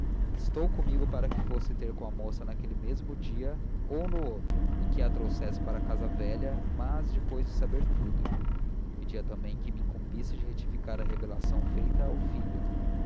instou comigo para que fosse ter com a moça naquele mesmo dia ou no outro e que a trouxesse para a casa velha mas depois de saber tudo pedia também que me incumbisse de retificar a revelação feita ao filho